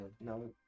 no